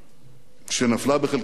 שנפלה בחלקם הזכות